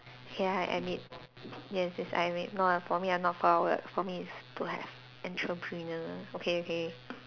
ya I admit yes yes I admit no ah for me uh not for work for me is to have entrepreneurial okay okay